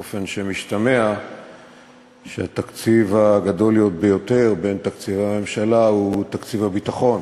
באופן שמשתמע שהתקציב הגדול ביותר בין תקציבי הממשלה הוא תקציב הביטחון.